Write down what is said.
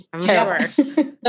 terrible